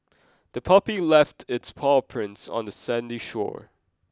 the puppy left its paw prints on the sandy shore